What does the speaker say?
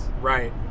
Right